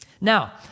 Now